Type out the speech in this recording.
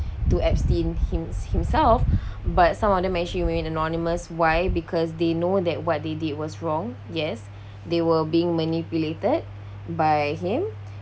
to epstein him himself but some of them actually remain anonymous why because they know that what they did was wrong yes they were being manipulated by him